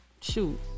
Shoot